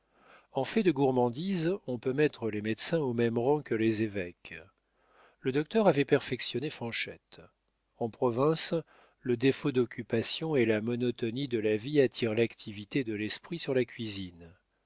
en fait de gourmandise on peut mettre les médecins au même rang que les évêques le docteur avait perfectionné fanchette en province le défaut d'occupation et la monotonie de la vie attirent l'activité de l'esprit sur la cuisine